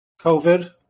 COVID